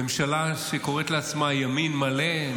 ממשלה שקוראת לעצמה ימין מלא,